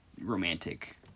romantic